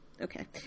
Okay